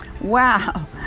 Wow